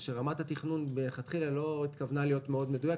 כאשר רמת התכנון מלכתחילה לא התכוונה להיות מדויקת מאוד.